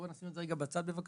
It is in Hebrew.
בוא נשים את זה רגע בצד בבקשה.